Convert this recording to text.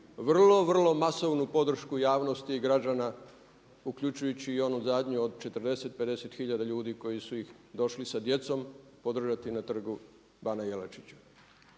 vrlo, vrlo masovnu podršku javnosti i građana uključujući i onu zadnju od 40, 50 tisuća ljudi koji su ih došli sa djecom podržati na Trgu bana Jelačića.